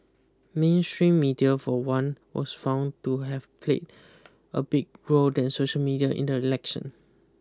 mainstream media for one was found to have played a big role than social media in the election